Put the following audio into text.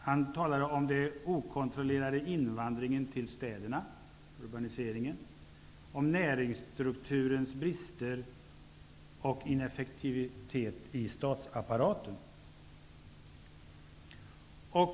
Han talade om den okontrollerade invandringen till städerna, urbaniseringen, om näringsstrukturens brister och om ineffektiviteten i statsapparaten.